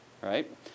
right